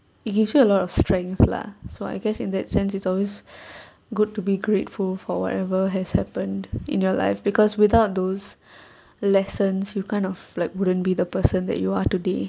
it gives you a lot of strength lah so I guess in that sense it's always good to be grateful for whatever has happened in your life because without those lessons you kind of like wouldn't be the person that you are today